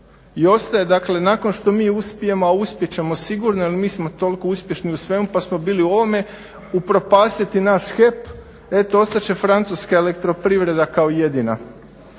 I ostaje, dakle nakon što mi uspijemo a uspjet ćemo sigurno jer mi smo toliko uspješni u svemu pa smo bili u ovome upropastiti naš HEP. Eto ostat će francuska elektroprivreda kao jedina